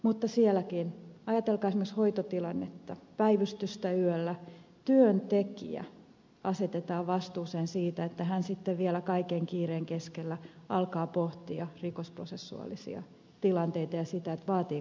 mutta sielläkin ajatelkaa esimerkiksi hoitotilannetta päivystystä yöllä työntekijä asetetaan vastuuseen siitä että hän vielä kaiken kiireen keskellä alkaa pohtia rikosprosessuaalisia tilanteita ja sitä vaatiko hän rangaistusta